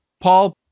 Paul